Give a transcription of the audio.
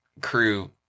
crew